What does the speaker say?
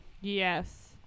yes